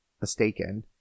mistaken